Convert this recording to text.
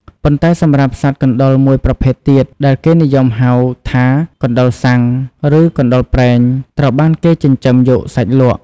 ប៉ុន្តែសម្រាប់សត្វកណ្តុរមួយប្រភេទទៀត ដែលគេនិយមហៅថា កណ្តុរសុាំង ឬ កណ្តុរព្រែង ត្រូវបានគេចិញ្ចឹមយកសាច់លក់។